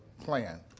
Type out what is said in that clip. plan